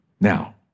Now